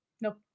Nope